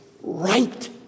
right